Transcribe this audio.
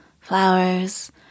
flowers